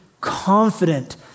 confident